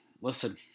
listen